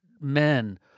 men